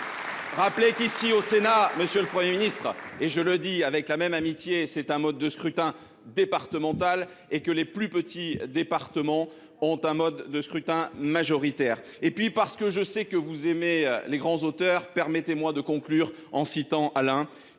Rappelez qu'ici au Sénat, monsieur le Premier ministre, et je le dis avec la même amitié, c'est un mode de scrutin départemental et que les plus petits départements ont un mode de scrutin majoritaire. Et puis parce que je sais que vous aimez les grands auteurs, permettez-moi de conclure en citant Alain